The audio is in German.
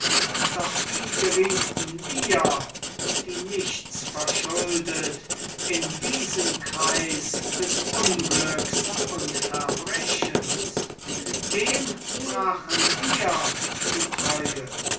doch wie gerieten wir die nichts verschuldet in diesen kreis des unglücks und verbrechens wem brachen wir die treue